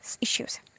issues